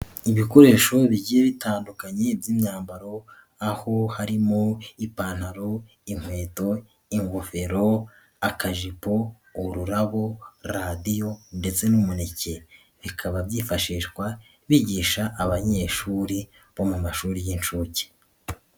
Ibikoresho bigiye bitandukanye by'imyambaro, aho harimo ipantaro, inkweto, ingofero, akajipo, ururabo, radiyo ndetse n'umuneke. Bikaba byifashishwa, bigisha abanyeshuri bo mu mashuri y'inshuke.